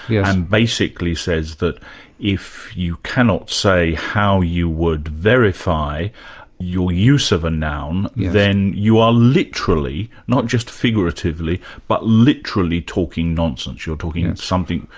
yes. and basically says that if you cannot say how you would verify your use of a noun then you are literally, not just figuratively, but literally talking nonsense you're talking about.